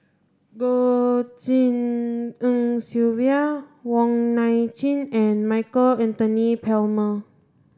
Goh Tshin En Sylvia Wong Nai Chin and Michael Anthony Palmer